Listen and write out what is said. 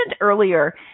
earlier